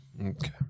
Okay